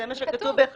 זה מה שכתוב ב-11(א).